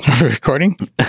Recording